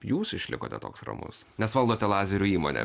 jūs išlikote toks ramus nes valdote lazerių įmonę